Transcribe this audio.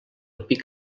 pic